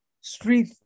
street